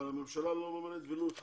אבל הממשלה לא מממנת ולו אחד.